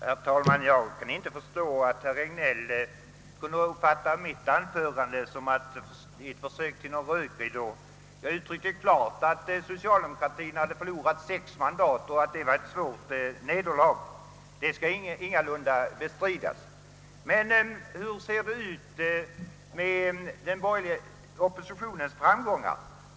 Herr talman! Jag kan inte förstå att herr Regnéll kunde uppfatta mitt anförande som ett försök att lägga en rökridå framför valresultatet. Jag uttryckte klart, att socialdemokraterna hade förlorat sex mandat och detta var ett svårt nederlag. Det skall ingalunda bestridas. Men hur ser det ut med den borgerliga oppositionens framgångar?